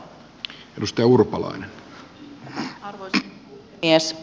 arvoisa puhemies